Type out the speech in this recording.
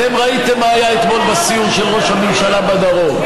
אתם ראיתם מה היה אתמול בסיור של ראש הממשלה בדרום.